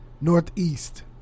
Northeast